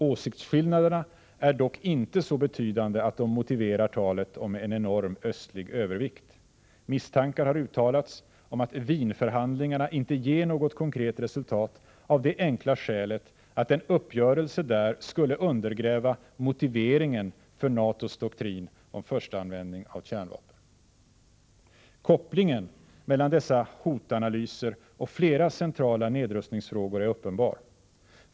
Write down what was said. Åsiktsskillnaderna är dock inte så betydande att de motiverar talet om en enorm östlig övervikt. Misstankar har uttalats om att Wienförhandlingarna inte ger något konkret resultat av det enkla skälet att en uppgörelse där skulle undergräva motiveringen för NATO:s doktrin om förstaanvändning av kärnvapen. Kopplingen mellan dessa hotanalyser och flera centrala nedrustningsfrågor är uppenbar.